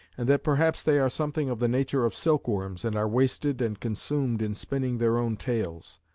and that perhaps they are something of the nature of silkworms, and are wasted and consumed in spinning their own tails.